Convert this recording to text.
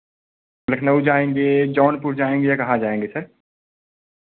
लखनऊ जाएंगे जौनपुर जाएंगे या कहाँ जाएंगे सर